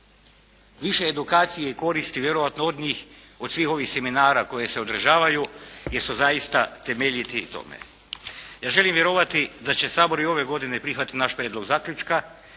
Više edukacije i koristi vjerojatno od njih, od svih ovih seminara koji se održavaju jer su zaista temeljiti u tome. Ja želim vjerovati da će Sabor i ove godine prihvatiti naš prijedlog zaključka.